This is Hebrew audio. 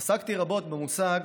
עסקתי רבות במושג